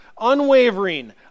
unwavering